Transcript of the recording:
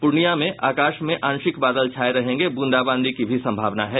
प्रर्णिया में आकाश में आंशिक बादल छाये रहेंगे ब्रंदाबांदी की भी संभावना है